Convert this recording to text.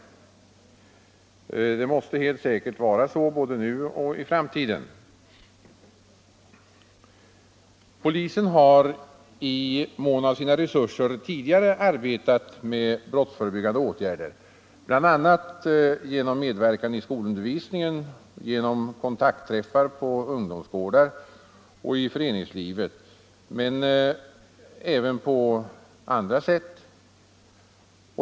Det måste helt säkert vara så både nu och i framtiden. Polisen har i mån av sina resurser tidigare arbetat med brottsförebyggande åtgärder, bl.a. genom medverkan i skolundervisningen, genom kontaktträffar på ungdomsgårdar och i föreningslivet, men även på andra sätt.